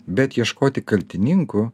bet ieškoti kaltininkų